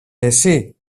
εσύ